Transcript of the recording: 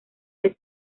vez